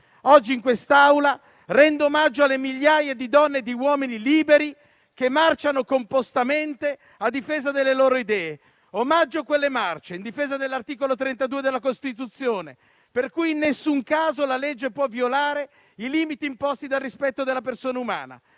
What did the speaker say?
Oggi in quest'Aula rendo omaggio alle migliaia di donne e di uomini liberi che marciano compostamente a difesa delle loro idee. Omaggio quelle marce, in difesa dell'articolo 32 della Costituzione, per cui in nessun caso la legge può violare i limiti imposti dal rispetto della persona umana.